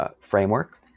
framework